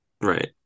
Right